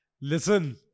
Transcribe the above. Listen